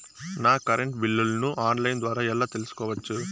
నా కరెంటు బిల్లులను online ద్వారా ఎలా తెలుసుకోవచ్చు?